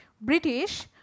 British